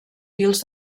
fils